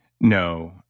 No